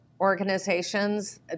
organizations